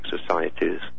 societies